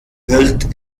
wird